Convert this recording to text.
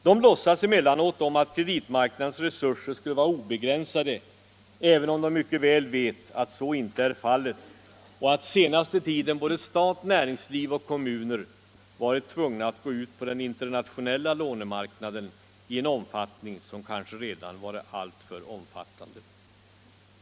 De låtsas emellertid som om kreditmarknadens resurser skulle vara obegränsade, även om de mycket väl vet att så inte är fallet och att under senaste tiden både stat, näringsliv och kommuner varit tvungna att gå ut på den internationella lånemarknaden i en omfattning som kanske redan varit alltför omfattande.